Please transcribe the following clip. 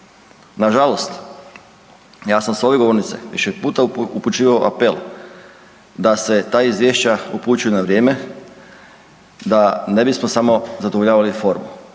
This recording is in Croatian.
Nažalost, ja sam s ove govornice više puta upućivao apel da se ta izvješća upućuju na vrijeme da ne bismo samo zadovoljavali formu.